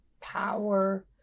power